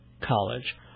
college